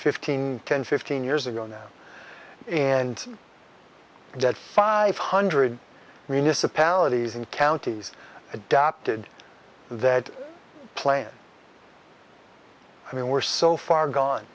fifteen ten fifteen years ago now and that five hundred municipalities and counties adopted that plan i mean we're so far gone